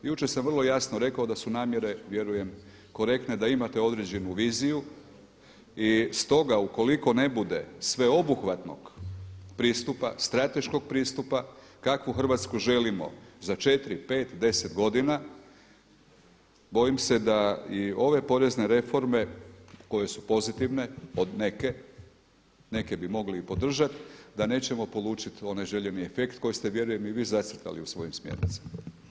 Jučer sam vrlo jasno rekao da su namjere vjerujem korektne, da imate određenu viziju i stoga, ukoliko ne bude sveobuhvatnog pristupa, strateškog pristupa kakvu Hrvatsku želimo za 4, 5, 10 godina, bojim se da i ove porezne reforme koje su pozitivne od neke, neke bi mogli i podržati, da nećemo polučiti onaj željeni efekt koji ste vjerujem i vi zacrtali u svojim smjernicama.